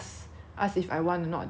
ask if I want or not then she